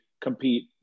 compete